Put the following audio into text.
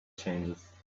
changes